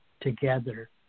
together